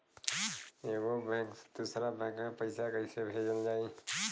एगो बैक से दूसरा बैक मे पैसा कइसे भेजल जाई?